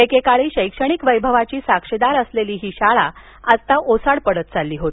एकेकाळी शैक्षणिक वैभवाची साक्षीदार असलेली ही शाळा आज ओसाड पडत चालली आहे